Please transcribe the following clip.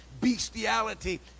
bestiality